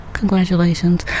Congratulations